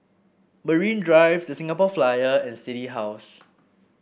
Marine Drive The Singapore Flyer and City House